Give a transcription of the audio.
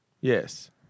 Yes